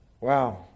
wow